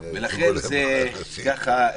אוסאמה,